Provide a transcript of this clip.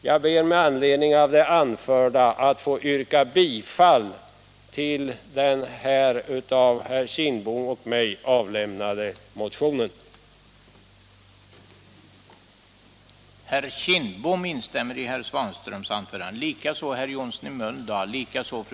Jag ber att med det anförda få yrka bifall till den av herr Kindbom och mig väckta motionen 514.